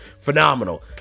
phenomenal